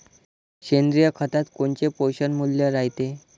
सेंद्रिय खतात कोनचे पोषनमूल्य रायते?